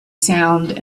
sound